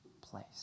place